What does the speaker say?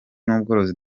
n’ubworozi